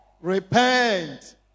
Repent